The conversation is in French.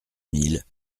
mille